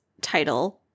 title